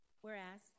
whereas